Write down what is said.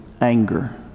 anger